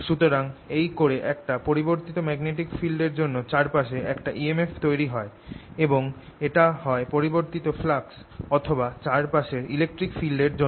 সুতরাং এই কোর এ একটা পরিবর্তিত ম্যাগনেটিক ফিল্ড এর জন্য চারপাশে একটা EMF তৈরি হয় এবং এটা হয় পরিবর্তিত ফ্লাক্স অথবা চারপাশের ইলেকট্রিক ফিল্ড এর জন্য